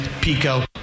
Pico